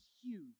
huge